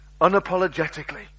unapologetically